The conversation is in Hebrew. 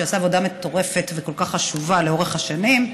שעשה עבודה מטורפת וכל כך חשובה לאורך השנים,